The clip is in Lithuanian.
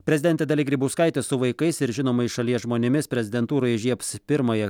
prezidentė dalia grybauskaitė su vaikais ir žinomais šalies žmonėmis prezidentūroje įžiebs pirmąją